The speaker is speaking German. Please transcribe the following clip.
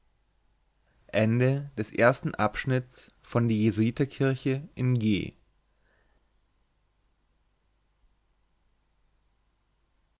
die jesuiterkirche in g